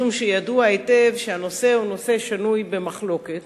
משום שידוע היטב שהנושא הוא נושא שנוי במחלוקת